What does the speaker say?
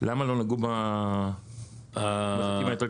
למה לא נגעו במרחקים היותר קטנים?